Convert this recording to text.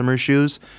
shoes